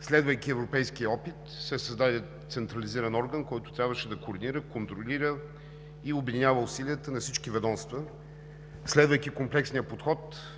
Следвайки европейския опит, се създаде централизиран орган, който трябваше да координира, контролира и обединява усилията на всички ведомства, следвайки комплексния подход,